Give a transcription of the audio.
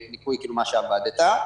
בניכוי מה שעבדת.